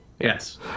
Yes